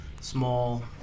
small